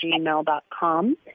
gmail.com